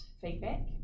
feedback